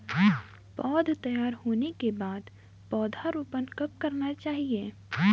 पौध तैयार होने के बाद पौधा रोपण कब करना चाहिए?